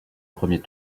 premier